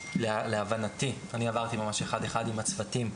אני עברתי ממש אחד אחד עם הצוותים,